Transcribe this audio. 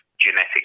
genetic